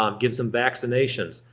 um gives them vaccinations.